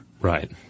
Right